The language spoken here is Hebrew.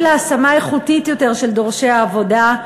להשמה איכותית יותר של דורשי העבודה,